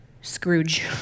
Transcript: Scrooge